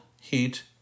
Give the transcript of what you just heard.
heat